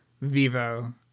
Vivo